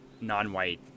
non-white